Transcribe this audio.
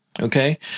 okay